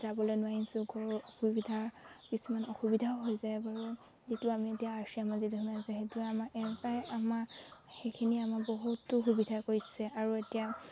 যাবলৈ নোৱাৰিছোঁ ঘৰৰ অসুবিধাৰ কিছুমান অসুবিধাও হৈ যায় বাৰু যিটো আমি এতিয়া আৰ চি এমৰ সেইটো আমাৰ পৰাই আমাৰ সেইখিনি আমাৰ বহুতো সুবিধা কৰিছে আৰু এতিয়া